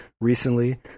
recently